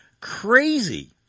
crazy